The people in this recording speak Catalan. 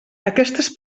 aquestes